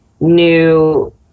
new